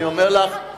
אני לא ממציאה,